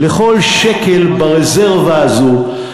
כל שקל ברזרבה הזאת,